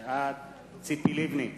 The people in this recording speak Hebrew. בעד ציפי לבני,